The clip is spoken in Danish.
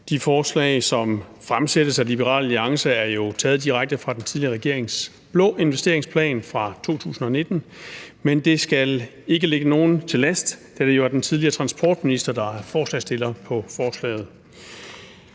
De forslag, som fremsættes af Liberal Alliance, er jo taget direkte fra den tidligere regerings blå investeringsplan fra 2019, men det skal ikke ligge nogen til last, da det jo er den tidligere transportminister, der er forslagsstiller på forslaget.